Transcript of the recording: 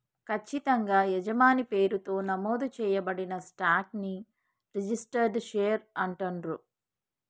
ఖచ్చితంగా యజమాని పేరుతో నమోదు చేయబడిన స్టాక్ ని రిజిస్టర్డ్ షేర్ అంటుండ్రు